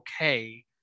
okay